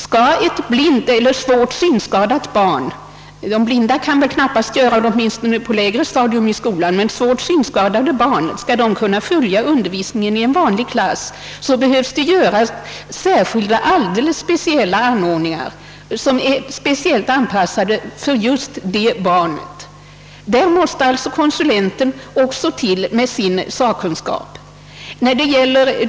Skall ett svårt synskadat barn kunna följa undervisningen i en vanlig klass — de helt blinda barnen kan kanske inte gå i en vanlig skola, åtminstone inte på de lägre stadierna — så krävs det alldeles speciella anordningar, anpassade för just det barnet. För att åstadkomma dessa anordningar behövs en konsulent och hans sakkunskap.